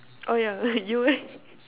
oh yeah you